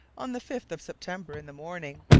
on the fifth of september, in the morning,